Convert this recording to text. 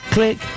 Click